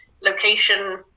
location